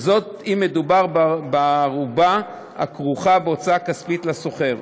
וזאת אם מדובר בערובה הכרוכה בהוצאה כספית לשוכר.